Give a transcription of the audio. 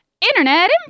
Internet